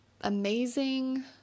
amazing